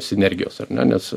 sinergijos ar ne nes